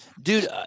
dude